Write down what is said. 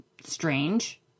strange